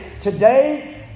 today